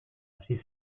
hasi